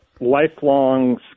lifelong